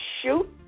shoot